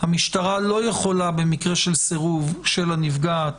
שהמשטרה לא יכולה במקרה סירוב של הנפגעת